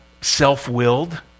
self-willed